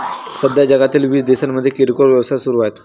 सध्या जगातील वीस देशांमध्ये किरकोळ व्यवसाय सुरू आहेत